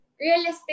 realistic